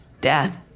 death